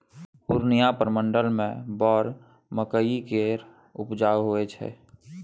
पूर्णियाँ प्रमंडल मे बड़ मकइ केर उपजा होइ छै